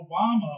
Obama